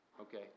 okay